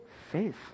faith